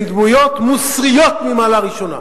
הן דמויות מוסריות ממעלה ראשונה.